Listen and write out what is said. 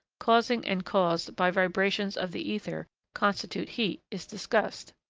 causing and caused by vibrations of the ether, constitute heat, is discussed.